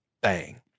Bang